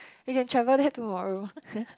you can travel there tomorrow